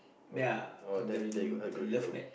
oh oh then you algorithm